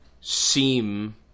seem